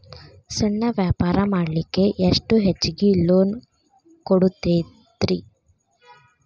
ಸಣ್ಣ ವ್ಯಾಪಾರ ಮಾಡ್ಲಿಕ್ಕೆ ಎಷ್ಟು ಹೆಚ್ಚಿಗಿ ಲೋನ್ ಕೊಡುತ್ತೇರಿ?